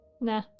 Nah